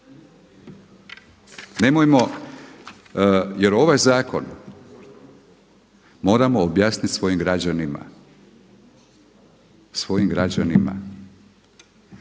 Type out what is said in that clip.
Nemojmo, jer ovaj zakon moramo objasniti svojim građanima, svojim građanima.